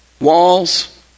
Walls